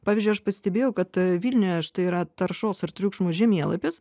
pavyzdžiui aš pastebėjau kad vilniuje štai yra taršos ir triukšmo žemėlapis